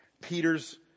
Peter's